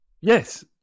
Yes